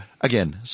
again